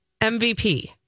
MVP